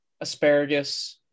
asparagus